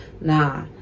nah